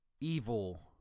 evil